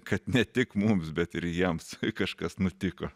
kad ne tik mums bet ir jiems kažkas nutiko